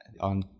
on